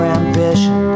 ambition